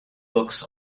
books